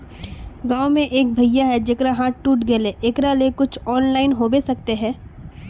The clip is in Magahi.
गाँव में एक भैया है जेकरा हाथ टूट गले एकरा ले कुछ ऑनलाइन होबे सकते है?